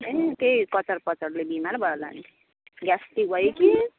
ए त्यही कचर पचरले बिमार भयो होला नि ग्यासट्रिक भयो कि